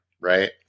right